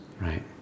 Right